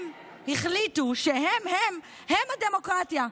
הם החליטו שהם-הם הדמוקרטיה,